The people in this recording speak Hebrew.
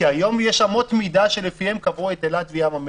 כי היום יש אמות מידה שלפיהן קבעו את אילת וים המלח.